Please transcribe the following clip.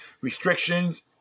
restrictions